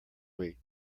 week